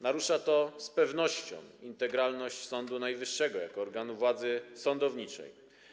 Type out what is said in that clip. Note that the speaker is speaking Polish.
Narusza to z pewnością integralność Sądu Najwyższego jako organu władzy sądowniczej.